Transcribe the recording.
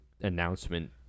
announcement